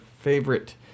favorite